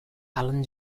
alan